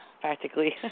practically